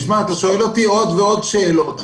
אתה שואל אותי עוד ועוד שאלות.